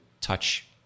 touch